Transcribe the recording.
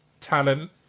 Talent